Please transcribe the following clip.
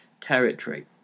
territory